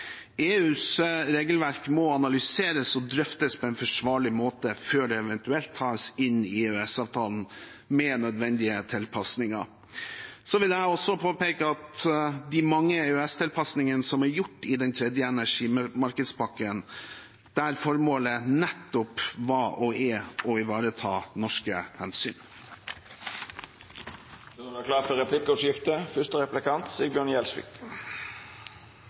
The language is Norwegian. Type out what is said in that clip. EUs regelverk må analyseres og drøftes på en forsvarlig måte før det eventuelt tas inn i EØS-avtalen, med nødvendige tilpasninger. Jeg vil også påpeke de mange EØS-tilpasningene som er gjort i den tredje energimarkedspakken, der formålet nettopp var og er å ivareta norske